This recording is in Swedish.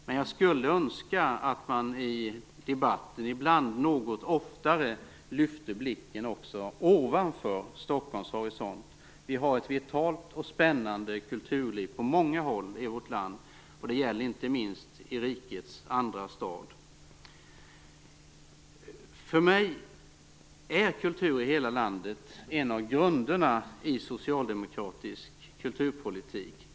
Men jag skulle önska att man i debatten ibland något oftare lyfte blicken också ovanför Stockholms horisont. Vi har ett vitalt och spännande kulturliv på många håll i vårt land. Det gäller inte minst i rikets andra stad. För mig är kultur i hela landet en av grunderna i socialdemokratisk kulturpolitik.